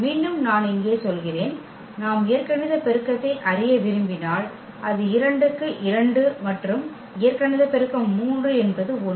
மீண்டும் நான் இங்கே சொல்கிறேன் நாம் இயற்கணித பெருக்கத்தை அறிய விரும்பினால் அது 2 க்கு 2 மற்றும் இயற்கணித பெருக்கம் 3 என்பது 1